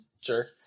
sure